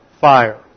fire